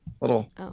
little